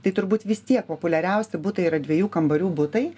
tai turbūt vis tiek populiariausi butai yra dviejų kambarių butai